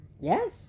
Yes